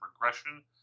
progression